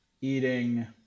eating